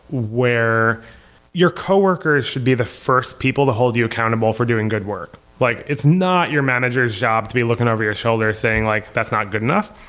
where your co-workers should be the first people to hold you accountable for doing good work. like it's not your manager's job to be looking over your shoulder and saying like, that's not good enough.